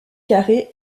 carré